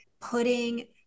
putting